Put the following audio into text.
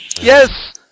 Yes